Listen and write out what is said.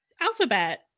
Alphabet